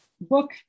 book